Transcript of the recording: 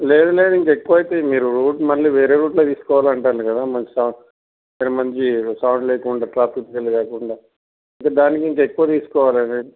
లేదు లేదు ఇంకా ఎక్కువ అవుతాయి మీరు రూట్ మళ్ళీ వేరే రూట్లో తీసుకుపోవాలి అంటుండ్రు కదా మరి మంచి సౌండ్ లేకుండా ట్రాఫిక్ ఫీల్ కాకుండా దానికి కొంచెం ఎక్కువ తీసుకోవాలి